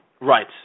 Right